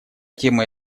темой